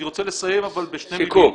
אני רוצה לסיים בשתי מילים.